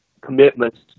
commitments